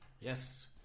Yes